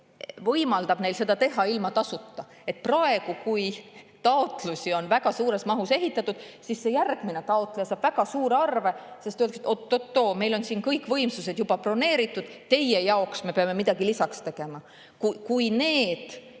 võimaldab neil seda teha ilma tasuta. Praegu, kui taotlusi on väga suures mahus esitatud, siis see järgmine taotleja saab väga suure arve, sest öeldakse, et oot-oot, meil on siin kõik võimsused juba broneeritud, teie jaoks me peame midagi lisaks tegema.